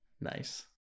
Nice